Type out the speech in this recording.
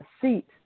seat